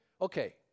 okay